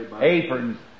aprons